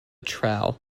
trowel